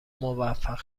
موفق